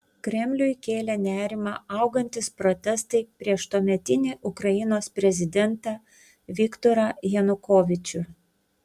kremliui kėlė nerimą augantys protestai prieš tuometinį ukrainos prezidentą viktorą janukovyčių